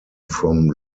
from